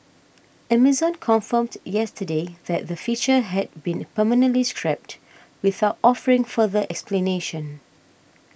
Amazon confirmed yesterday that the feature had been permanently scrapped without offering further explanation